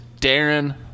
darren